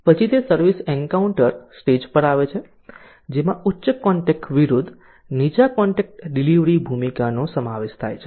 પછી તે service encounter stage પર આવે છે જેમાં ઉચ્ચ કોન્ટેક્ટ વિરુદ્ધ નીચા કોન્ટેક્ટ ડિલિવરી ભૂમિકા નો સમાવેશ થાય છે